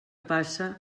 passa